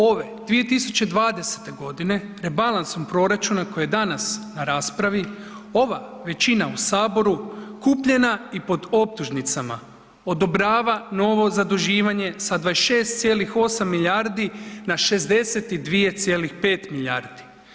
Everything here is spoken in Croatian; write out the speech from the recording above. Ove 2020.godine rebalansom proračuna koje je danas na raspravi, ova većina u Saboru kupljena i pod optužnicama odobrava novo zaduživanje sa 26,8 milijardi na 62,5 milijardi.